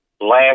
Last